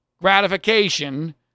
gratification